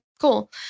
cool